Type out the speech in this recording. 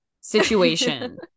situation